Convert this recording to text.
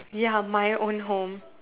ya my own home